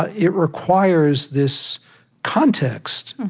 ah it requires this context,